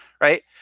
right